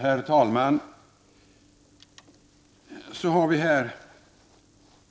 Herr talman! Så har vi här